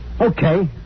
Okay